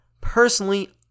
Personally